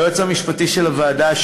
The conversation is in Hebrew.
היועץ המשפטי של הוועדה,